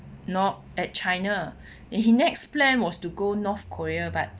not at china and he next plan was to go north korea but